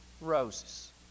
roses